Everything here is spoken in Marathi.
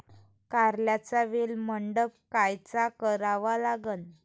कारल्याचा वेल मंडप कायचा करावा लागन?